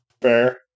fair